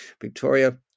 Victoria